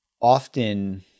Often